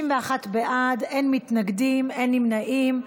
51 בעד, אין מתנגדים, אין נמנעים.